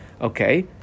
Okay